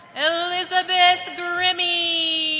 elizabeth grimmie